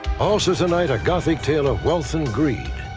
also tonight, a gothic tale of wealth and greed.